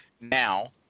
Now